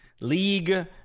League